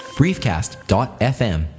briefcast.fm